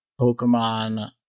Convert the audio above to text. Pokemon